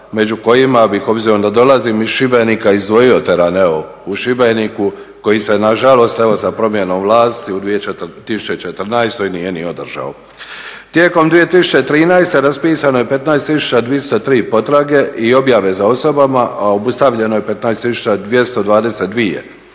među kojima bih obzirom da dolazim iz Šibenika izdvojio Terraneo u Šibeniku koji se nažalost evo sa promjenom vlasti u 2014. nije ni održao. Tijekom 2013. raspisano je 15 203 potrage i objave za osobama, a obustavljeno je 15 222.